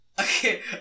Okay